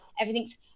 everything's